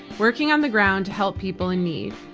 working on the ground to help people in need.